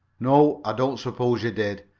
no, i don't suppose you did.